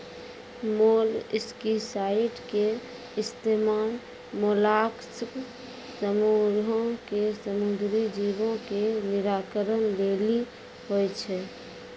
molluscicide के इस्तेमाल mollusc समूहो के समुद्री जीवो के निराकरण लेली होय छै